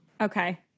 okay